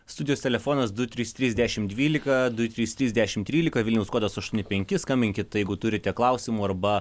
studijos telefonas du trys trys dešim dvylika du trys trys dešim trylika vilniaus kodas aštuoni penki skambinkit jeigu turite klausimų arba